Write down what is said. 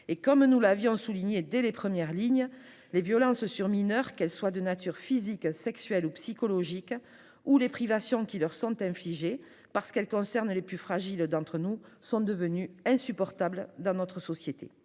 Comme nous l'avions souligné dès les premières lignes de ce rapport d'information :« Les violences sur mineurs, qu'elles soient de nature physique, sexuelle ou psychologique, ou les privations qui leur sont infligées, parce qu'elles concernent les plus fragiles d'entre nous, sont devenues insupportables dans notre société.